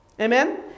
Amen